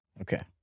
Okay